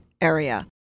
area